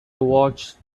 watched